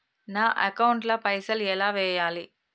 నా అకౌంట్ ల పైసల్ ఎలా వేయాలి?